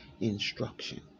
instruction